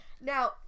Now